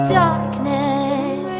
darkness